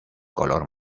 color